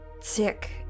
sick